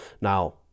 Now